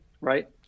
right